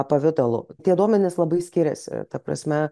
pavidalu tie duomenys labai skiriasi ta prasme